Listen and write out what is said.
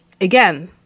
again